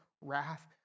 wrath